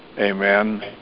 Amen